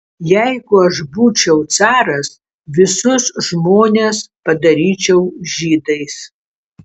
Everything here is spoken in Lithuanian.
jeigu aš būčiau caras visus žmonės padaryčiau žydais